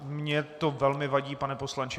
Mně to velmi vadí, pane poslanče.